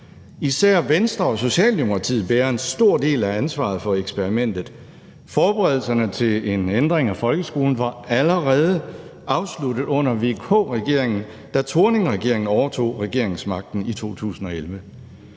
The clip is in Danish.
Især Venstre og Socialdemokratiet bærer en stor del af ansvaret for eksperimentet. Forberedelserne til en ændring af folkeskolen var allerede afsluttet under VK-regeringen, da Thorningregeringen overtog regeringsmagten i 2011.